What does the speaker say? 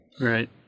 right